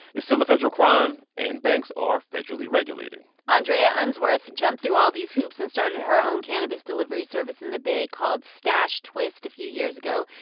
it's still a federal crime, and banks are federally regulated andrea unsworth jumped through all these hoops and started her own cannabis delivery service in the bay, called stashtwist, a few years ago.